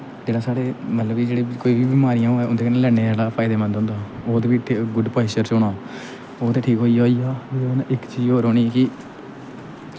जेह्ड़ा साढ़े मतलब कि जेह्ड़ी बी बमारियां उं'दे कन्नै लड़ने च फायदेमंद होंदा ओह् बी गुड पास्चर च होना ओह् ते ठीक होई होई गेआ ओह्दे नै इक चीज़ होर होनी कि